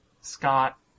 Scott